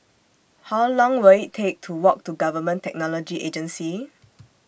How Long Will IT Take to Walk to Government Technology Agency